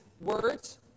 words